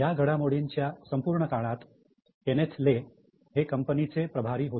या घडामोडींच्या संपूर्ण काळात केनेथ ले हे कंपनीचे प्रभारी होते